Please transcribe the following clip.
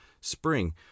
spring